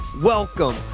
welcome